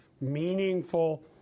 meaningful